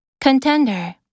Contender